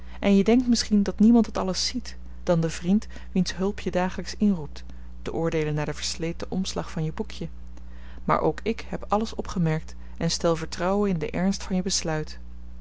en je denkt misschien dat niemand dat alles ziet dan de vriend wiens hulp je dagelijks inroept te oordeelen naar den versleten omslag van je boekje maar ook ik heb alles opgemerkt en stel vertrouwen in den ernst van je besluit